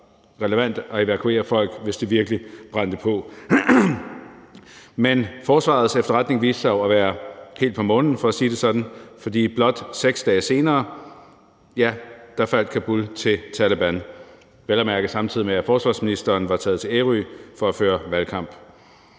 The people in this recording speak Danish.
relevant at evakuere folk, hvis det virkelig brændte på. Men forsvarets efterretning viste sig jo at være helt på månen, for at sige det sådan, for blot 6 dage senere faldt Kabul til Taleban, vel at mærke samtidig med at forsvarsministeren var taget til Ærø for at føre valgkamp.